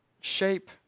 shape